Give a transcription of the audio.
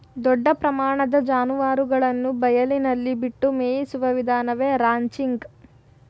ದೊಡ್ಡ ಪ್ರಮಾಣದ ಜಾನುವಾರುಗಳನ್ನು ಬಯಲಿನಲ್ಲಿ ಬಿಟ್ಟು ಮೇಯಿಸುವ ವಿಧಾನವೇ ರಾಂಚಿಂಗ್